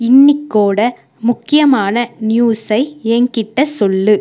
இன்னிக்கோட முக்கியமான நியூஸை என்கிட்டே சொல்லு